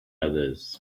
others